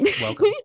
welcome